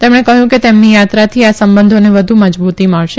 તેમણે કહ્યું કે તેમની યાત્રાથી આ સંબંધોને વધુ મજબુતી મળશે